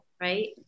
Right